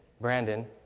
Brandon